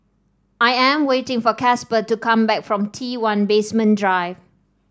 I am waiting for Casper to come back from T one Basement Drive